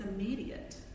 immediate